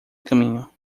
caminho